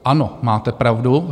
Ano, máte pravdu.